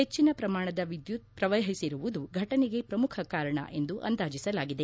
ಹೆಚ್ಚಿನ ಪ್ರಮಾಣದ ವಿದ್ಯುತ್ ಪ್ರವಹಿಸಿರುವದು ಫಟನೆಗೆ ಪ್ರಮುಖ ಕಾರಣ ಎಂದು ಅಂದಾಜಿಸಲಾಗಿದೆ